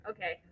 Okay